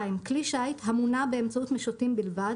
(2) כלי שיט המונע באמצעות משוטים בלבד